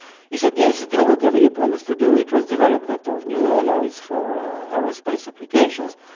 he said, yes, do whatever you promised to do it was development of new alloys for aerospace applications,